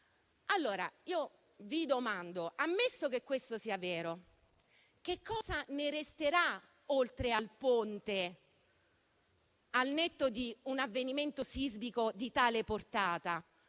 Allora vi domando: ammesso che questo sia vero, che cosa resterà, oltre al Ponte, al netto di un avvenimento sismico di tale portata?